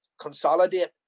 consolidate